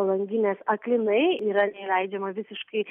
langinės aklinai yra neįleidžiama visiškai